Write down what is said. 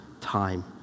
time